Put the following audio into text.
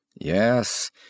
Yes